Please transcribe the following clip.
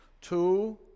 Two